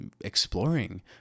exploring